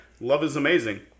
loveisamazing